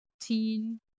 teen